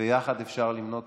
יחד אפשר למנות